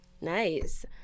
Nice